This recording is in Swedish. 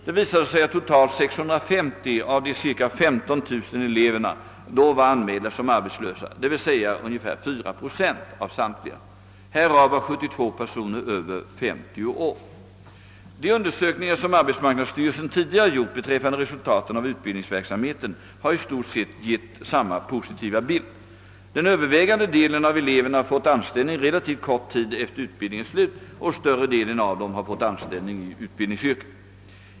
Det visade sig att.totait 050 av de cirka 15000 eleverna då var anmälda som arbetslösa, d.v.s. ungefär 4 Zo av samtliga. Härav var 72 personer över 50 år. nadsstyrelsen tidigare gjort beträffande resultaten av utbildningsverksamheten har i stort sett gett samma positiva bild. Den övervägande delen av eleverna har fått anställning relativt kort tid efter utbildningens slut och större delen av dem har fått anställning i utbildningsyrket.